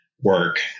work